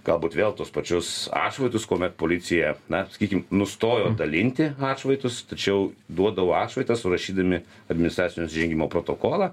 galbūt vėl tuos pačius atšvaitus kuomet policija na sakykim nustojo dalinti atšvaitus tačiau duodavo atšvaitą surašydami administracinio nusižengimo protokolą